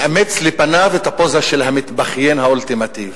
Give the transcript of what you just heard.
מאמץ לפניו את הפוזה של המתבכיין האולטימטיבי.